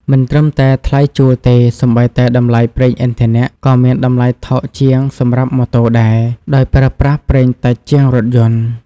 មិនត្រឹមតែថ្លៃជួលទេ សូម្បីតែ តម្លៃប្រេងឥន្ធនៈ ក៏មានតម្លៃថោកជាងសម្រាប់ម៉ូតូដែរ ដោយប្រើប្រាស់ប្រេងតិចជាងរថយន្ត។